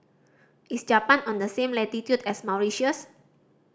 is Japan on the same latitude as Mauritius